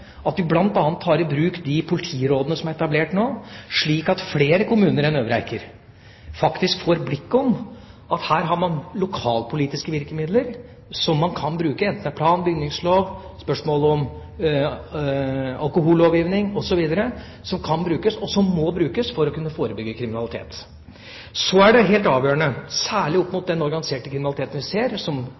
at vi bl.a. tar i bruk de politirådene som er etablert nå, slik at flere kommuner enn Øvre Eiker faktisk får et blikk for at her har man lokalpolitiske virkemidler som man kan bruke, enten det er plan- og bygningsloven, spørsmål om alkohollovgivning osv., og som kan brukes og må brukes for å kunne forebygge kriminalitet. Så er det helt avgjørende, særlig opp mot den organiserte kriminaliteten vi ser, og som